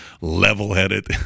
level-headed